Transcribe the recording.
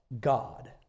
God